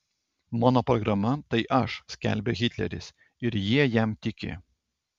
mano programa tai aš skelbia hitleris ir jie jam tiki